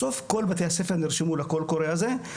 בסוף כל בתי הספר נרשמו לקול קורא הזה.